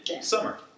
Summer